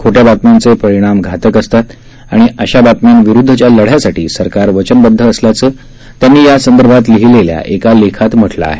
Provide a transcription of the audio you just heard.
खोट्या बातम्यांचे परिणाम घातक असतात आणि अशा बातम्यांविरुद्धच्या लढ्यासाठी सरकार वचनबद्ध असल्याचं त्यांनी यासंदर्भात लिहीलेल्या एका लेखात म्हटलं आहे